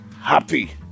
happy